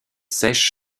sèches